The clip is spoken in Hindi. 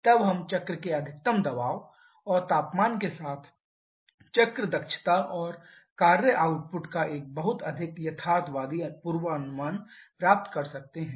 तब हम चक्र के अधिकतम दबाव और तापमान के साथ चक्र दक्षता और कार्य आउटपुट का एक बहुत अधिक यथार्थवादी पूर्वानुमान प्राप्त कर सकते हैं